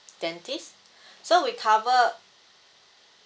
dentist so we cover